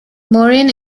morin